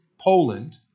Poland